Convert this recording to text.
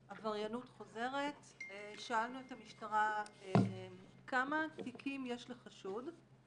עבריינות חוזרת שאלנו את המשטרה כמה תיקים יש לחשוד.